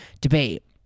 debate